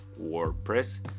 WordPress